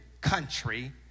country